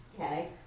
Okay